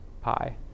pi